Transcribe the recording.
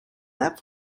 that